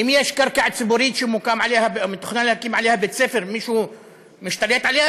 אם יש קרקע ציבורית שמתוכנן להקים עליה בית-ספר ומישהו משתלט עליה,